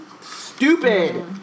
stupid